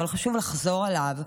אבל חשוב לחזור עליו: